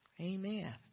Amen